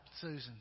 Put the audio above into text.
Susan